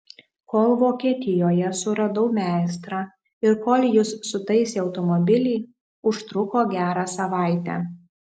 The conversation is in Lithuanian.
kol vokietijoje suradau meistrą ir kol jis sutaisė automobilį užtruko gerą savaitę